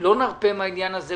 לא נרפה מהעניין הזה,